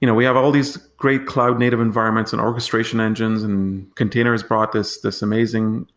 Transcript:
you know we have all these great cloud native environments and orchestration engines and containers brought this this amazing,